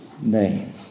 name